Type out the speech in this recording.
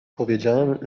powiedziałem